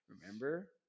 Remember